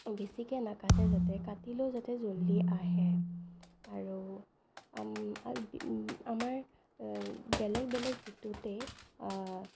বেছিকৈ নাকাটে যাতে কাটিলেও যাতে জলদি আহে আৰু আমাৰ বেলেগ বেলেগ ঋতুতেই